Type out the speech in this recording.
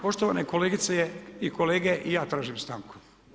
Poštovane kolegice i kolege i ja tražim stanku.